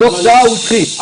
תוך שעה הוא הכחיש.